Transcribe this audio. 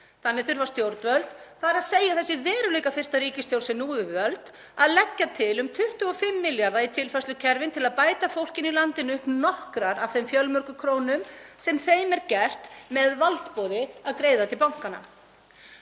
Þannig þurfa stjórnvöld, þ.e. þessi veruleikafirrta ríkisstjórn sem nú er við völd, að leggja til um 25 milljarða í tilfærslukerfin til að bæta fólkinu í landinu upp nokkrar af þeim fjölmörgu krónum sem því er gert með valdboði að greiða til bankanna.